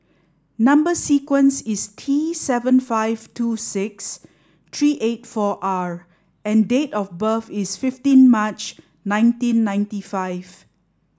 number sequence is T seven five two six three eight four R and date of birth is fifteen March nineteen ninety five